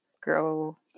grow